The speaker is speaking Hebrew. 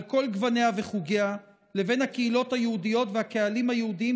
כל גווניה וחוגיה לבין הקהילות היהודיות והקהלים היהודיים,